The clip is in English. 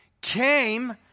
came